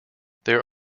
there